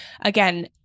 Again